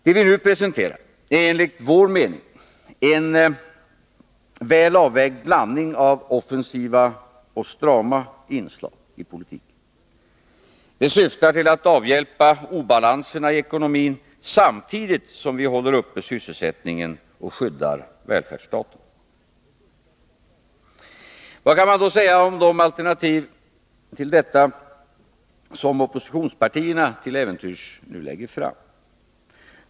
Det vi nu presenterar är enligt vår mening en väl avvägd blandning av offensiva och strama inslag i politiken. Detta syftar till att avhjälpa obalanserna i ekonomin, samtidigt som vi håller uppe sysselsättningen och skyddar välfärdsstaten. Vad kan man då säga om de alternativ till detta som oppositionspartierna till äventyrs nu lägger fram?